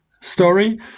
story